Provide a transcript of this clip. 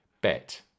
bet